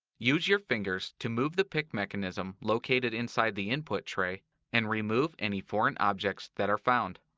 use your fingers to move the pick mechanism located inside the input tray and remove any foreign objects that are found.